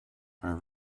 are